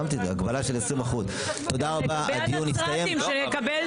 חבר'ה הדיון ברור.